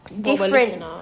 different